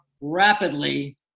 rapidly